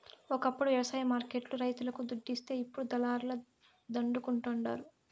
ఒకప్పుడు వ్యవసాయ మార్కెట్ లు రైతులకు దుడ్డిస్తే ఇప్పుడు దళారుల దండుకుంటండారు